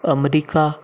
America